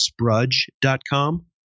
sprudge.com